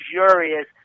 luxurious